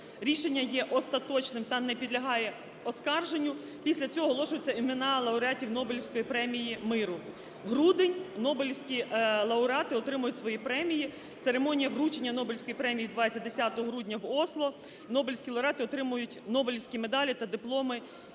рішення є остаточним та не підлягає оскарженню. Після цього оголошуються імена лауреатів Нобелівської премії миру. Грудень – Нобелівські лауреати отримують свої премії, церемонія вручення Нобелівської премії відбувається 10 грудня в Осло. Нобелівські лауреати отримують нобелівські медалі та дипломи